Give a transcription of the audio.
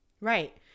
Right